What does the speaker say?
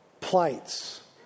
plights